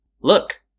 Look